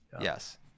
Yes